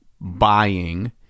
buying